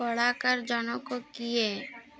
କଳାକାର ଜଣକ କିଏ